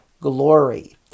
glory